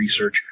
research